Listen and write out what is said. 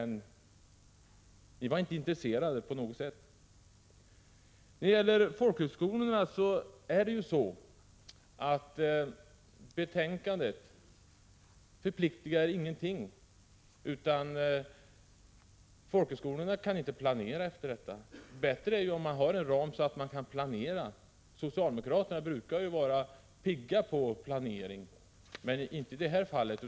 Ni var inte på något sätt intresserade. När det gäller folkhögskolorna förpliktar inte betänkandet till någonting, så folkhögskolorna kan inte planera efter det. Det är bättre om det finns en ram att planera inom. Socialdemokraterna brukar vara pigga på planering, men det gäller inte i det här fallet.